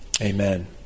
Amen